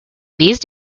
these